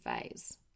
phase